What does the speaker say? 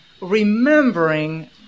remembering